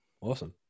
Awesome